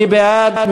מי בעד?